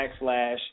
backslash